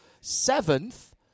seventh